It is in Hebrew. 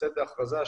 לצאת בהכרזה,